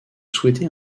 souhaiter